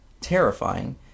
terrifying